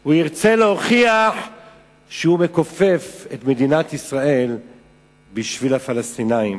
הוא ירצה להוכיח שהוא מכופף את מדינת ישראל בשביל הפלסטינים,